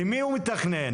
הוא יצא החוצה.